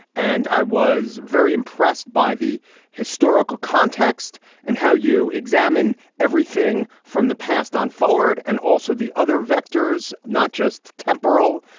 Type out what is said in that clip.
and i was very impressed by the historical context and how you examine everything from the past on forward and also the other vectors, not just temporal,